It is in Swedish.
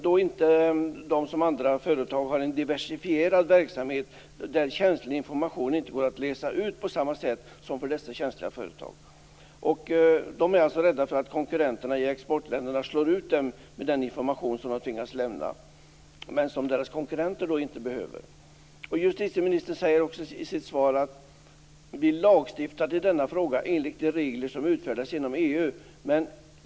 Eftersom de inte har en diversifierad verksamhet kan känslig information läsas ut på ett sätt som inte är möjligt för företag med mer diversifierad verksamhet. Dessa företag är alltså rädda för att konkurrenterna i exportländerna slår ut dem genom den information som de tvingas lämna men som deras konkurrenter inte behöver lämna ut. Justitieministern säger också i sitt svar att vi har lagstiftat i denna fråga enligt de regler som utfärdats genom EU.